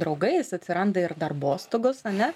draugais atsiranda ir darbostogos ane